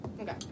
Okay